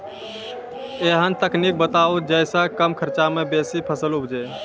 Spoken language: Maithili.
ऐहन तकनीक बताऊ जै सऽ कम खर्च मे बेसी फसल उपजे?